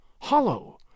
hollow